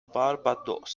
barbados